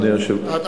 אדוני היושב-ראש.